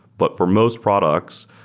but for most products,